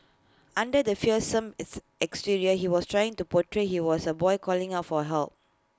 under the fearsome is exterior he was trying to portray he was A boy calling out for help